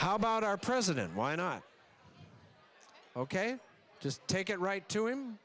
how about our president why not ok just take it right to him